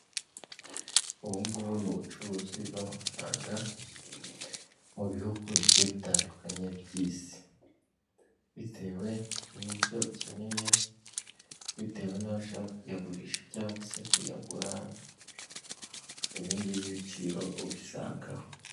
Ubu ngubu ni ubucuruzi bw'amafaranga, mu bihugu bigiye bitanduknaye by'isi. Bitewe n'ibyo ukeneye, bitewe n'aho ushaka kuyagurisha cyangwa kuyagura, ibi ngibi biciro ubisangaho.